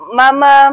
mama